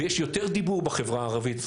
ויש יותר דיבור בחברה הערבית,